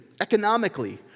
economically